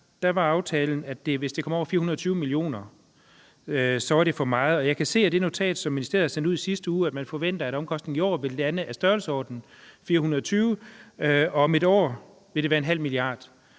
var aftalen, at hvis det kom over 420 mio. kr., var det for meget. Jeg kan se af det notat, som ministeriet sendte ud i sidste uge, at man forventer, at omkostningerne i år vil være i størrelsesordenen 420 mio. kr., og at det om et år vil være